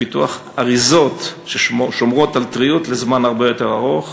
לפיתוח אריזות ששומרות על טריות לזמן הרבה יותר ארוך.